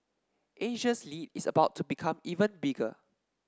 Asia's lead is about to become even bigger